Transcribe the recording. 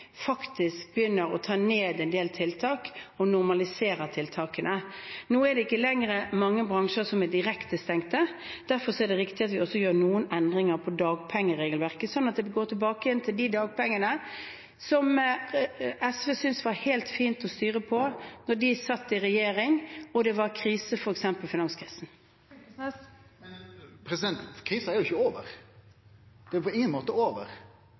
begynner å ta ned en del tiltak og normaliserer dem. Nå er det ikke lenger mange bransjer som er direkte stengt, og derfor er det også riktig at vi gjør noen endringer i dagpengeregelverket, slik at vi går tilbake til det dagpengeregelverket som SV syntes det var helt fint å styre på da de satt i regjering og det var krise, f.eks. finanskrisen. Torgeir Knag Fylkesnes – til oppfølgingsspørsmål. Men krisa er jo ikkje over, ho er på ingen måte over.